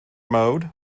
mode